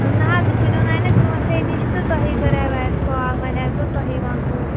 آ نہَ حظ وُنہِ ونیٛاو نہٕ کٲنٛسی نِش تہٕ تۄہے کَرییو اَسہِ کال وۅنۍ اَسہِ دوٚپ تُہۍ وَنہوو